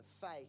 faith